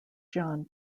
john